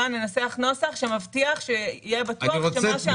ננסח נוסח שמבטיח שיהיה בטוח שמה שאמרנו אכן יקרה.